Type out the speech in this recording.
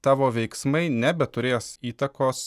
tavo veiksmai nebeturės įtakos